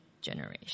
generation